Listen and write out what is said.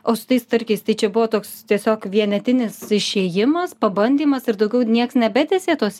o su tais starkiais tai čia buvo toks tiesiog vienetinis išėjimas pabandymas ir daugiau nieks nebetęsė tos